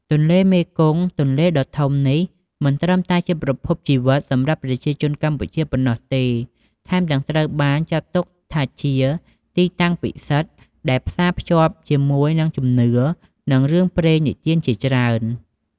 ទន្លេមេគង្គ ទន្លេដ៏ធំនេះ មិនត្រឹមតែជាប្រភពជីវិតសម្រាប់ប្រជាជនកម្ពុជាប៉ុណ្ណោះទេ ថែមទាំងត្រូវបានចាត់ទុកថាជាទីតាំងពិសិដ្ឋ ដែលផ្សារភ្ជាប់ជាមួយនឹងជំនឿ និងរឿងព្រេងនិទានជាច្រើន។